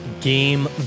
Game